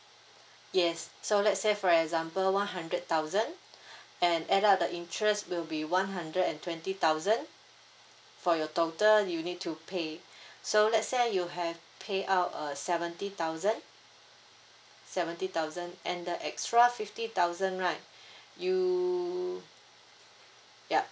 yes so let's say for example one hundred thousand and add up the the interest will be one hundred and twenty thousand for your total you need to pay so let's say you have pay out uh seventy thousand seventy thousand and the extra fifty thousand right you yup